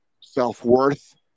self-worth